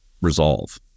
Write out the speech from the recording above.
resolve